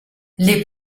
les